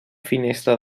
finestra